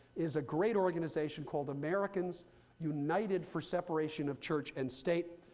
is a great organization called americans united for separation of church and state.